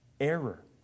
error